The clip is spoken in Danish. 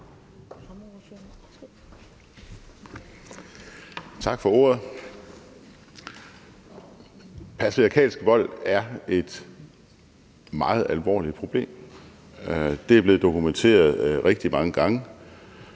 Tak for ordet. Patriarkalsk vold er et meget alvorligt problem. Det er blevet dokumenteret rigtig mange gange,